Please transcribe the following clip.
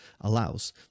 allows